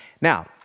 Now